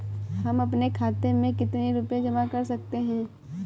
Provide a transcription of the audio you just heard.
हम अपने खाते में कितनी रूपए जमा कर सकते हैं?